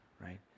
right